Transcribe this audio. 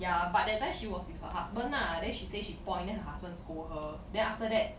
ya but that time she was with her husband lah then she say she point then her husband scold her then after that